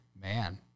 Man